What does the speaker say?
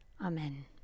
Amen